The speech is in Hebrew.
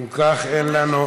אם כך, אין לנו,